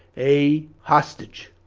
a hostage